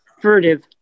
Furtive